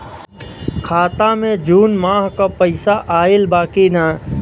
खाता मे जून माह क पैसा आईल बा की ना?